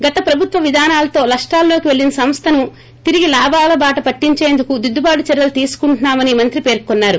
గత ప్రభుత్వ విధానాలతో నష్టాల్లోకి పెళ్ళిన సంస్థను తిరిగి లాభాల బాట పట్టించేందుకు దిద్దుబాటు చర్యలు తీసుకుంటున్నామని మంత్రి పేర్కొన్నారు